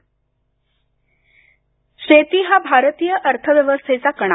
कृषी शेती हा भारतीय अर्थव्यवस्थेचा कणा